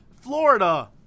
Florida